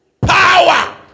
power